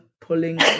pulling